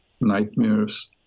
nightmares